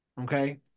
okay